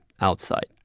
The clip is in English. outside